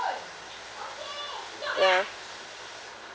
ya